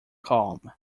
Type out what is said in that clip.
calm